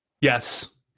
Yes